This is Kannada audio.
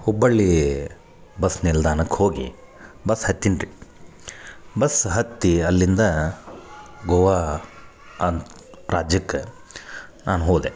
ಹುಬ್ಬಳ್ಳಿ ಬಸ್ ನಿಲ್ದಾಣಕ್ಕೆ ಹೋಗಿ ಬಸ್ ಹತ್ತಿನಿ ರೀ ಬಸ್ ಹತ್ತಿ ಅಲ್ಲಿಂದ ಗೋವಾ ಅನ್ ರಾಜ್ಯಕ್ಕೆ ನಾನು ಹೋದೆ